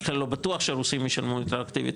בכלל לא בטוח שהרוסים ישלמו רטרואקטיבית,